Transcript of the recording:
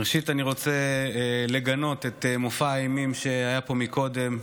ראשית אני רוצה לגנות את מופע האימים שהיה פה מקודם.